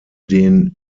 den